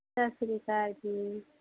ਸਤਿ ਸ਼੍ਰੀ ਅਕਾਲ ਜੀ